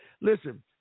listen